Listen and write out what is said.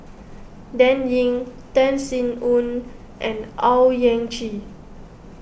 Dan Ying Tan Sin Aun and Owyang Chi